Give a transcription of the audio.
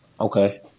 Okay